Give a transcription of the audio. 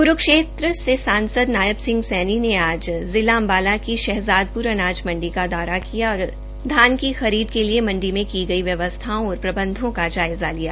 क्रूक्षेत्र के सांसद नायब सिंह सैनी ने आज जिला अंबाला की शहजादपुर अनाज मंडी का दौरा किया और धान की खरीद के लिाए मण्डी में की गई व्यवस्थाओं और प्रबंघों का जायजा लिया